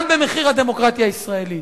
גם במחיר הדמוקרטיה הישראלית.